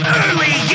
early